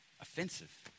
offensive